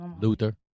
Luther